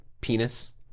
penis